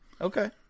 Okay